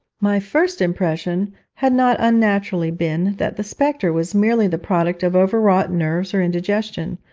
my first impression had not unnaturally been that the spectre was merely the product of overwrought nerves or indigestion,